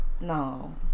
No